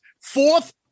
fourth